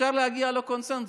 אפשר להגיע לקונסנזוס,